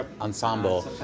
ensemble